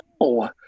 no